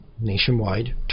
nationwide